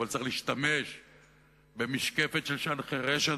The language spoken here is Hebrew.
אבל צריך להשתמש במשקפת של שען חירש,